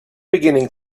beginning